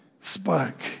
Spark